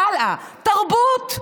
הלאה, תרבות.